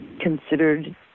considered